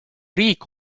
riik